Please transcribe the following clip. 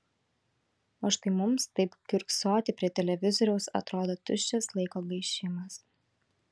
o štai mums taip kiurksoti prie televizoriaus atrodo tuščias laiko gaišimas